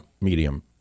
medium